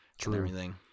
True